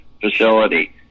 facility